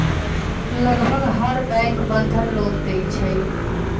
लगभग हर bank Bandhan loan देई छई